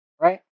right